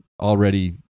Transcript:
already